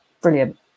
Brilliant